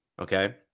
Okay